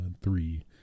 three